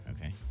okay